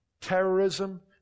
terrorism